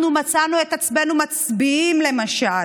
אנחנו מצאנו את עצמנו מצביעים, למשל,